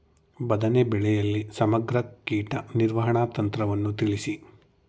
ಬದನೆ ಬೆಳೆಯಲ್ಲಿ ಸಮಗ್ರ ಕೀಟ ನಿರ್ವಹಣಾ ತಂತ್ರವನ್ನು ತಿಳಿಸಿ?